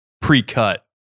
pre-cut